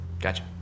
Gotcha